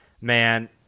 man